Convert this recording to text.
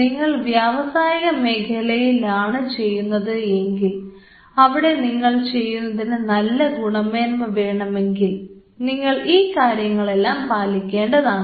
നിങ്ങൾ വ്യാവസായിക മേഖലയിലേക്കാണ് ചെയ്യുന്നതെങ്കിൽ അവിടെ നിങ്ങൾ ചെയ്യുന്നതിന് നല്ല ഗുണമേന്മ വേണമെങ്കിൽ നിങ്ങൾ ഈ കാര്യങ്ങളെല്ലാം പാലിക്കേണ്ടതാണ്